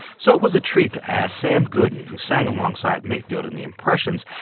so it was a treat to ask sam gooden, who sang alongside mayfield and the impressions,